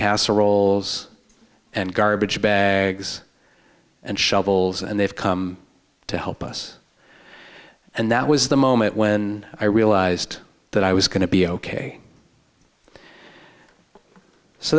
casseroles and garbage bags and shovels and they've come to help us and that was the moment when i realized that i was going to be ok so